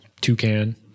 Toucan